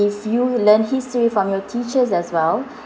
if you learn history from your teachers as well